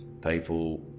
people